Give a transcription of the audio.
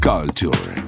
Culture